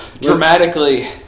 dramatically